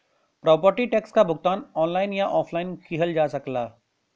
property tax क भुगतान online या ऑफलाइन किहल जा सकला